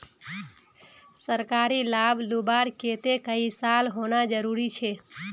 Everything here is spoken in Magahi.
सरकारी लाभ लुबार केते कई साल होना जरूरी छे?